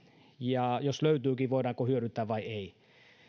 ja jos löytyykin voidaanko hyödyntää vai ei